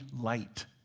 light